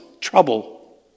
trouble